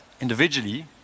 individually